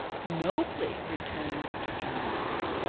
nobly! returned mr. jarndyce.